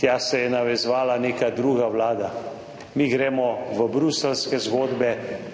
tja se je navezovala neka druga Vlada, mi gremo v bruseljske zgodbe